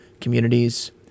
communities